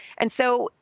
and so,